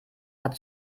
hat